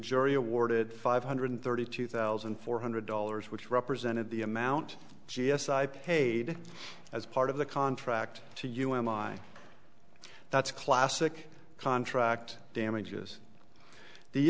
jury awarded five hundred thirty two thousand four hundred dollars which represented the amount g s i paid as part of the contract to u m i that's classic contract damages the